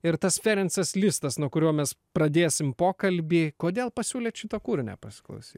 ir tas ferencas listas nuo kurio mes pradėsim pokalbį kodėl pasiūlėt šitą kūrinį pasiklausyt